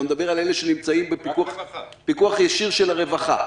אתה מדבר על אלה שנמצאים בפיקוח ישיר של הרווחה?